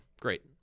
Great